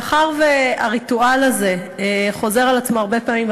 מאחר שהריטואל הזה חוזר על עצמו הרבה פעמים,